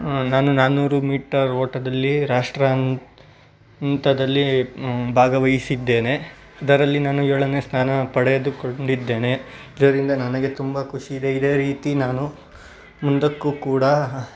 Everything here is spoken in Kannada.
ನಾನು ನಾನ್ನೂರು ಮೀಟರ್ ಓಟದಲ್ಲಿ ರಾಷ್ಟ್ರ ನ್ ಹಂತದಲ್ಲಿ ಭಾಗವಹಿಸಿದ್ದೇನೆ ಅದರಲ್ಲಿ ನಾನು ಏಳನೇ ಸ್ಥಾನ ಪಡೆದುಕೊಂಡಿದ್ದೇನೆ ಇದರಿಂದ ನನಗೆ ತುಂಬ ಖುಷಿ ಇದೆ ಇದೇ ರೀತಿ ನಾನು ಮುಂದಕ್ಕೂ ಕೂಡ